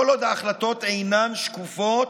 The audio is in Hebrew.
כל עוד ההחלטות אינן שקופות,